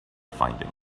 finding